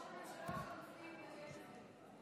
כי ראש הממשלה החלופי התעקש על זה.